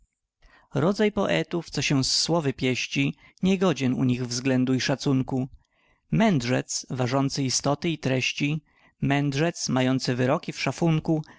rodzaj poetów co się z słowy pieści niegodzien u nich względu i szacunku mędrzec ważący istoty i treści mędrzec mający wyroki w szafunku